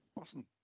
Awesome